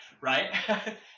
Right